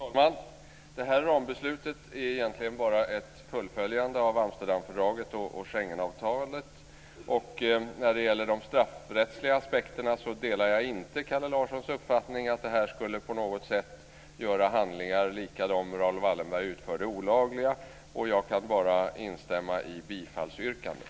Fru talman! Det här rambeslutet är egentligen bara ett fullföljande av Amsterdamfördraget och Schengenavtalet. När det gäller de straffrättsliga aspekterna delar jag inte Kalle Larssons uppfattning att det här på något sätt skulle göra handlingar liknande dem Jag kan bara instämma i bifallsyrkandet.